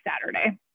Saturday